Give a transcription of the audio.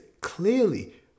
clearly